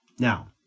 Now